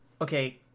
Okay